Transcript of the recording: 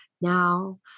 Now